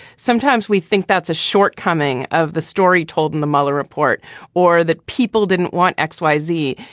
sometimes we think that's a shortcoming of the story told in the mueller report or that people didn't want x, y, z.